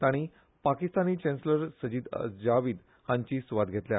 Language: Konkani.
तांणी पाकिस्तानी चॅन्सॅलर सजीद जावीद हांची सुवात घेतल्या